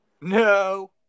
no